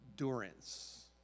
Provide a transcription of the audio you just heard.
endurance